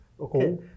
Okay